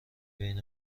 بین